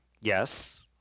Yes